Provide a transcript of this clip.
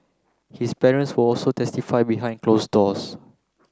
his parents will also testify behind closed doors